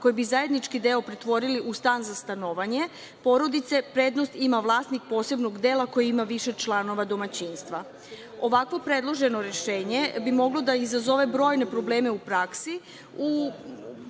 koji bi zajednički deo pretvorili u stan za stanovanje porodice, prednost ima vlasnik posebnog dela koji ima više članova domaćinstva. Ovakvo predloženo rešenje bi moglo da izazove brojne probleme u praksi